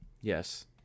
Yes